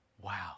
Wow